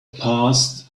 passed